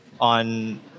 on